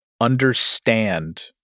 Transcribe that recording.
understand